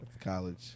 College